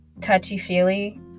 touchy-feely